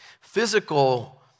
Physical